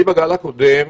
אני בגל הקודם,